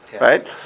Right